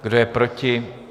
Kdo je proti?